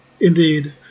Indeed